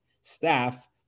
staff